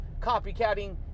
copycatting